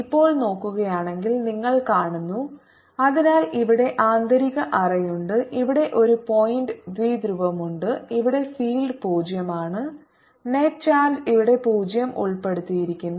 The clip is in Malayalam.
ഇപ്പോൾ നോക്കുകയാണെങ്കിൽ നിങ്ങൾ കാണുന്നു അതിനാൽ ഇവിടെ ആന്തരിക അറയുണ്ട് ഇവിടെ ഒരു പോയിന്റ് ദ്വിധ്രുവമുണ്ട് ഇവിടെ ഫീൽഡ് പൂജ്യo ആണ് നെറ്റ് ചാർജ് ഇവിടെ പൂജ്യo ഉൾപ്പെടുത്തിയിരിക്കുന്നു